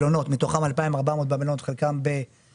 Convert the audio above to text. שמתוכם 2,400 נמצאים במלונות והיתר נמצאים בקהילה,